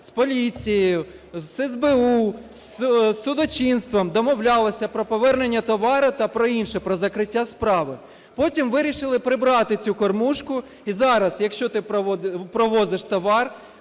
з поліцією, з СБУ, з судочинством, домовлялися про повернення товару та про інше, про закриття справи. Потім вирішили прибрати цю кормушку і зараз, якщо ти провозиш товар